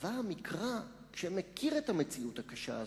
וקבע המקרא, שמכיר את המציאות הקשה הזאת: